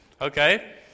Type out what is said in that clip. Okay